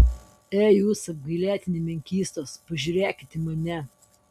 ei jūs apgailėtini menkystos pažiūrėkit į mane